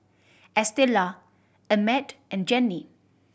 Estela Emmet and Jenni